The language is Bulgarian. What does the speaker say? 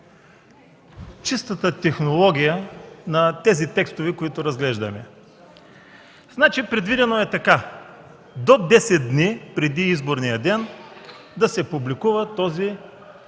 чистата технология на текстовете, които разглеждаме. Предвидено е до десет дни преди изборния ден да се публикува този